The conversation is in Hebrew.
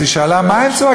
אז היא שאלה: מה הם צועקים?